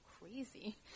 crazy